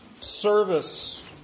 service